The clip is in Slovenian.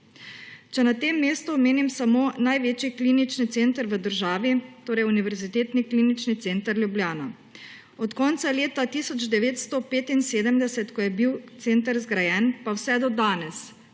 Če na tem mestu omenim samo največji klinični center v državi, torej Univerzitetni klinični center Ljubljana, od konca leta 1975, ko bil center zgrajen, pa vse do danes,